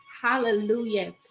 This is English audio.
Hallelujah